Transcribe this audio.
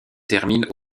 terminent